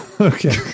Okay